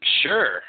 Sure